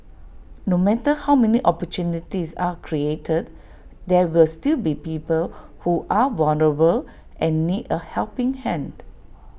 no matter how many opportunities are created there will still be people who are vulnerable and need A helping hand